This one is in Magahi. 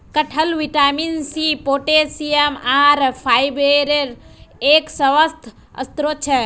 कटहल विटामिन सी, पोटेशियम, आहार फाइबरेर एक स्वस्थ स्रोत छे